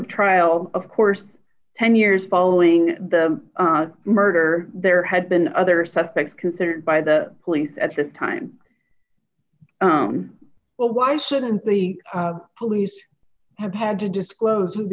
of trial of course ten years following the murder there had been other suspects considered by the police at this time well why shouldn't the police have had to disclose